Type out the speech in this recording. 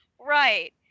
Right